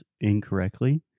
incorrectly